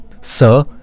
Sir